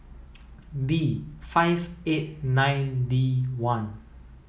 B five eight nine D one